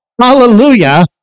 Hallelujah